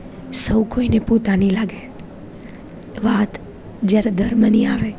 સૌ કોઈને પોતાની લાગે વાત જ્યારે ધર્મની આવે